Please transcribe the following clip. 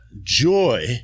joy